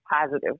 positive